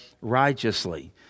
righteously